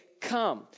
come